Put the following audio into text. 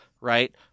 Right